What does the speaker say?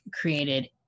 created